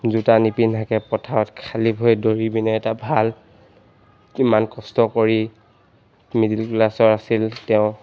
জোতা নিপিন্ধাকৈ পথাৰত খালী ভৰিৰে দৌৰি পিনে এটা ভাল ইমান কষ্ট কৰি মিডিল ক্লাছৰ আছিল তেওঁ